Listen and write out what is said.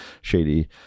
shady